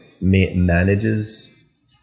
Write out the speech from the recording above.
manages